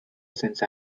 since